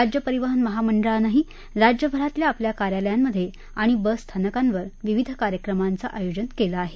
राज्य परिवहन महामंडळानंही राज्यभरातल्या आपल्या कार्यालयात आणि बसस्थानकांवर कार्यक्रमांचं आयोजन केलं आहे